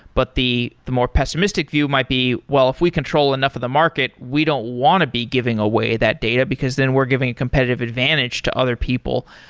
but the the more pessimistic view might be well, if we control enough of the market, we don't want to be giving away that data, because then we're giving a competitive advantage advantage to other people.